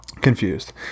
confused